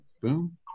boom